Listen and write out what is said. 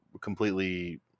completely